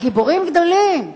הם גיבורים גדולים.